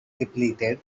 depleted